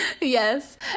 yes